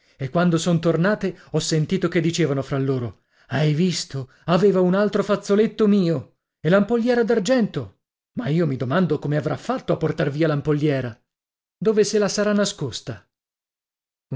e quando son tornate ho sentito che dicevano fra loro hai visto aveva un altro fazzoletto mio e l'ampolliera d'argento ma io mi domando come avrà fatto a portar via l'ampolliera dove se la sarà nascosta